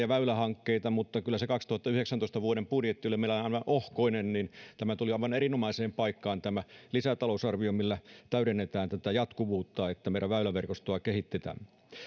väylähankkeita mutta kyllä se vuoden kaksituhattayhdeksäntoista budjetti oli meillä aivan ohkoinen niin että tuli aivan erinomaiseen paikkaan tämä lisätalousarvio millä täydennetään tätä jatkuvuutta että meidän väyläverkostoa kehitetään